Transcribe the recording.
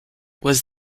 was